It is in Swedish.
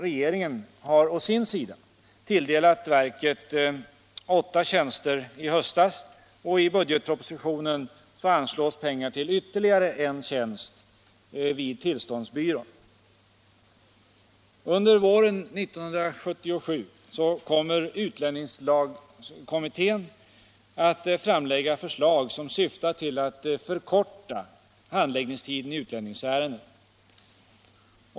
Regeringen har å sin sida tilldelat verket åtta tjänster i höstas, — och i budgetpropositionen anslås pengar till ytterligare en tjänst vid tillståndsbyrån. Under våren 1977 kommer utlänningslagkommittén att framlägga förslag som syftar till att förkorta handläggningstiden i utlänningsärenden.